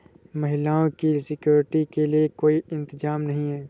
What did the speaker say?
महिलाओं की सिक्योरिटी के लिए कोई इंतजाम नहीं है